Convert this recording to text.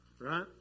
right